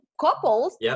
couples